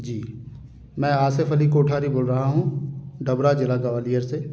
जी मैं आसिफ अली कोठारी बोल रहा हूँ डबरा ज़िला ग्वालियर से